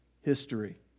history